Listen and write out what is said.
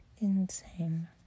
insane